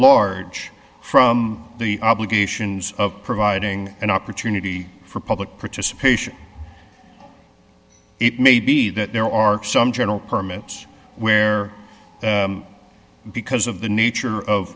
large from the obligations of providing an opportunity for public participation it may be that there are some general permits where because of the nature of